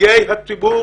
נציגי הציבור